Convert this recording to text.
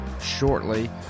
shortly